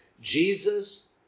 Jesus